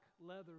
leather